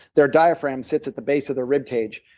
their diaphragm sits at the base of their rib cage.